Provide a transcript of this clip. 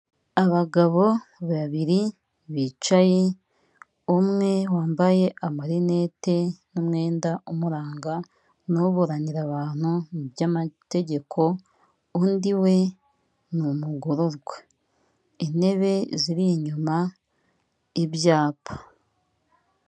Abagabo babiri bicaye umwe wambaye ama Lunette n'umwenda umuranga uburanira abantu mu by'amategeko. undi we numugororwa intebe ziri inyuma y'ibyapa.